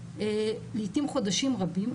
לעתים חודשים רבים,